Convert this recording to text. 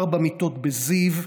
ארבע מיטות בזיו,